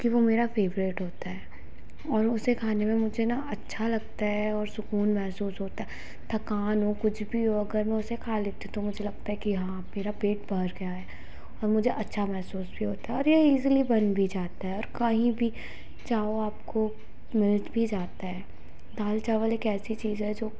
क्योंकि वो मेरा फेवरेट होता है और उसे खाने में मुझे न अच्छा लगता है और सुकून महसूस होता है थकान हो कुछ भी हो अगर मैं उसे खा लेती हूँ तो मुझे लगता है कि हाँ मेरा पेट भर गया है और मुझे अच्छा महसूस भी होता है और ये ईज़िली बन भी जाता है और कहीं भी जाओ आपको मिल भी जाता है दाल चावल एक ऐसी चीज़ है जो